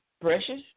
precious